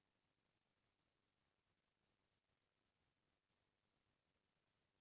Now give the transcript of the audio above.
लोगन मन बेंक म पइसा के लेन देन करत रहिथे